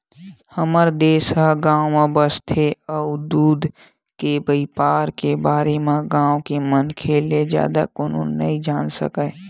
हमर देस ह गाँव म बसथे अउ दूद के बइपार के बारे म गाँव के मनखे ले जादा कोनो नइ जान सकय